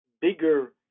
bigger